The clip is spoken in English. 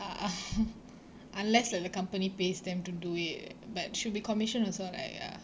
unless like the company pays them to do it but should be commission also like ya